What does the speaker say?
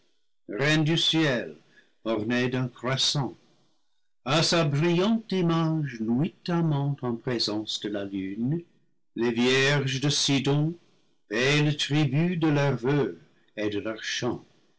du ciel ornée d'un croissant à sa brillante image nuitamment en présence de la lune les vierges de sidon payent le tribut de leurs voeux et de leurs chants